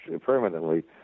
permanently